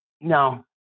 No